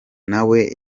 nawe